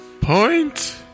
Point